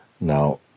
Now